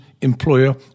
employer